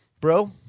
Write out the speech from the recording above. bro